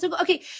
Okay